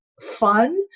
fun